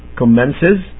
commences